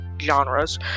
genres